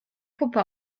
puppe